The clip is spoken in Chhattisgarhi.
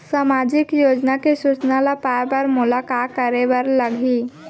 सामाजिक योजना के सूचना ल पाए बर मोला का करे बर लागही?